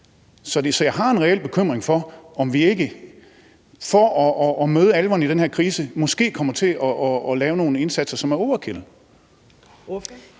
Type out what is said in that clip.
Så jeg har en reel bekymring for, om ikke vi for at møde alvoren i den her krise måske kommer til at gøre nogle indsatser, som er overkill.